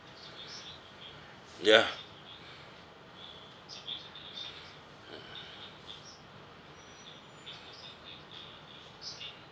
ya